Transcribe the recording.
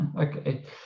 okay